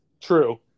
True